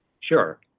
sure